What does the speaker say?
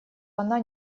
она